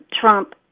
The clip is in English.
Trump